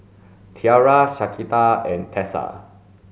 Tiara Shaquita and Tessa